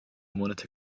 monate